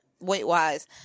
weight-wise